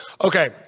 okay